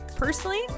Personally